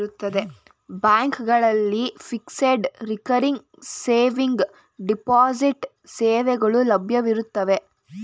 ಬ್ಯಾಂಕ್ಗಳಲ್ಲಿ fixed, recurring saving, deposit ಸೇವೆಗಳು ಲಭ್ಯವಿರುತ್ತವೆ